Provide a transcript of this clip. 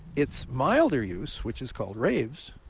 it's milder use, which is called raves